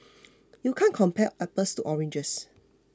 you can't compare apples to oranges